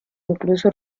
incluso